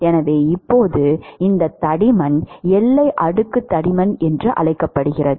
எனவே இப்போது இந்த தடிமன் எல்லை அடுக்கு தடிமன் என்று அழைக்கப்படுகிறது